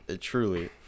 Truly